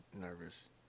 nervous